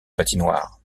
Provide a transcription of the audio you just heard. patinoire